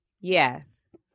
Yes